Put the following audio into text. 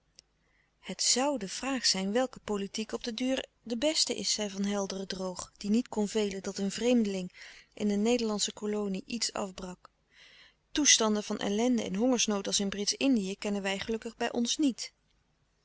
het zoû de vraag zijn welke politiek op den duur de beste is zei van helderen droog die niet kon velen dat een vreemdeling in een nederlandsche kolonie iets afbrak toestanden van ellende en hongersnood als in britsch-indië kennen wij gelukkig bij ons niet